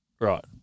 Right